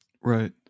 Right